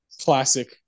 classic